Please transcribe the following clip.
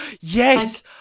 yes